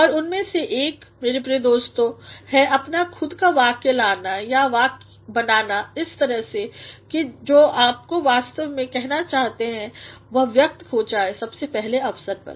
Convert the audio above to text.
और उनमें से एक मेरे प्रिय दोस्तों है अपना खुद का वाक्य लाना या बनाना इस तरह से कि जो आप वास्तव में कहना चाहते हैं वह व्यक्त हो जाएसबसे पहले अवसर पर